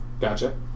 Gotcha